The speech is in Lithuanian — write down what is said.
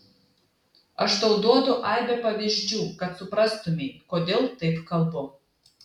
aš tau duodu aibę pavyzdžių kad suprastumei kodėl taip kalbu